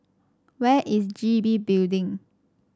where is G B Building